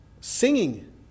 Singing